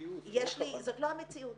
זאת לא המציאות.